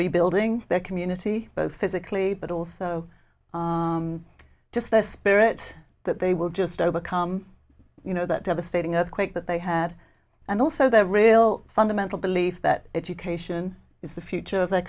rebuilding their community both physically but also just their spirit that they will just overcome you know that devastating earthquake that they had and also their real fundamental belief that education is the future of the